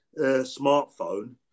smartphone